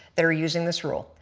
that are using this rule.